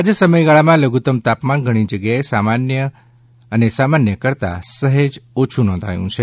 આજ સમયગાળામાં લઘુત્તમ તાપમાન ઘણી જગ્યાએ સામાન્ય અને સામાન્ય કરતા સહેજ ઓછુ નોંધાયું છે